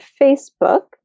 Facebook